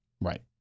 right